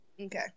Okay